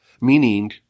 Meaning